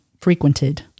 frequented